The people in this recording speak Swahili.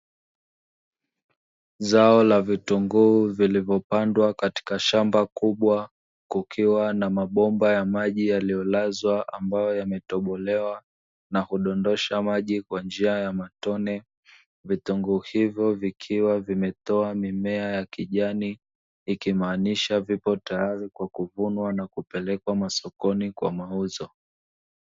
Zao la vitunguu vilivyopandwa katika shamba kubwa kukiwa na mabomba ya maji yaliyolazwa ambayo yametobolewa na kudondosha maji kwa njia ya matone. Vitunguu ivyo vikiwavimetoa mimea ya kijani ikimaanisha vipo tayari kwakuvunwa na kupelekwa sokoni kwa mauzo.